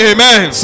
Amen